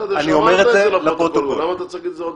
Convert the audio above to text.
בסדר, שמענו, למה אתה צריך להגיד את זה עוד